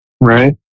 Right